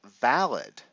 valid